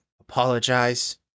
apologize